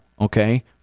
Okay